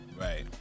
Right